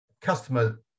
customer